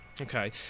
okay